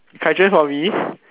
Kai-Juan for me